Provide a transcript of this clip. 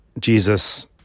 Jesus